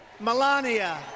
Melania